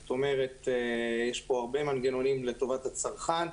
זאת אומרת, יש פה הרבה מנגנונים לטובת הצרכן.